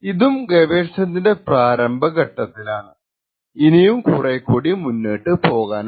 ഇതും ഗവേഷണത്തിന്റെ പ്രാരംഭ ഘട്ടങ്ങളിലാണ് ഇനിയും കുറെ കൂടി മുന്നോട്ടു പോകാനുണ്ട്